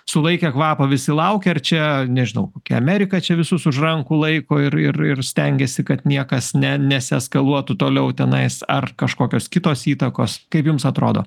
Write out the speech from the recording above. sulaikę kvapą visi laukia ar čia nežinau kokia amerika čia visus už rankų laiko ir ir ir stengiasi kad niekas ne nesieskaluotų toliau tenais ar kažkokios kitos įtakos kaip jums atrodo